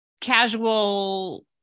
Casual